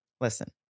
listen